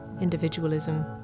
individualism